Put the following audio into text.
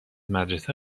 مدرسه